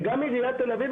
וגם עיריית תל אביב,